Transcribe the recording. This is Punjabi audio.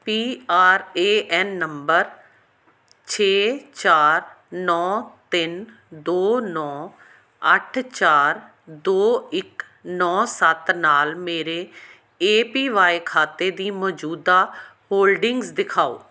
P R A N number ਛੇ ਚਾਰ ਨੌਂ ਤਿੰਨ ਦੋ ਨੌਂ ਅੱਠ ਚਾਰ ਦੋ ਇਕ ਨੌਂ ਸੱਤ ਨਾਲ ਮੇਰੇ ਏ ਪੀ ਬਾਈ ਖਾਤੇ ਦੀ ਮੌਜੂਦਾ ਹੋਲਡਿੰਗਜ਼ ਦਿਖਾਓ